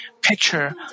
picture